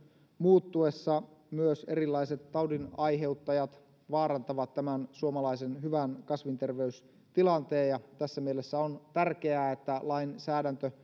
muuttuessa myös erilaiset taudinaiheuttajat vaarantavat tämän suomalaisen hyvän kasvinterveystilanteen ja tässä mielessä on tärkeää että lainsäädäntö